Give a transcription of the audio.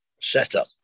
setup